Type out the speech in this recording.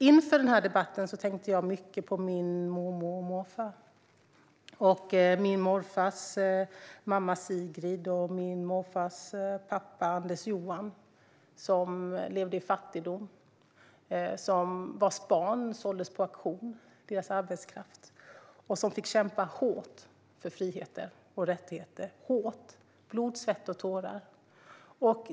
Inför den här debatten tänkte jag mycket på min mormor och morfar och på min morfars mamma, Sigrid, och min morfars pappa, Anders-Johan. De levde i fattigdom. Deras barns arbetskraft såldes på auktion. Och de fick kämpa hårt - med blod, svett och tårar - för friheter och rättigheter.